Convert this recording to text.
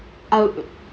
um